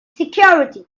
security